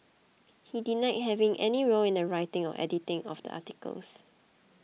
he denied having any role in the writing or editing of the articles